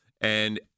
and-